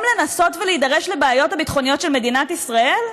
לנסות ולהידרש לבעיות הביטחוניות של מדינת ישראל?